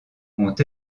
ont